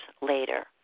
later